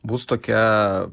bus tokia